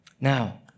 Now